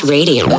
Radio